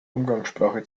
umgangssprache